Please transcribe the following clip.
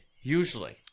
Usually